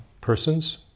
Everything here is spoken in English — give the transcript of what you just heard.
persons